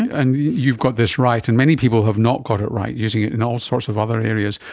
and you've got this right and many people have not got it right using it in all sorts of other areas,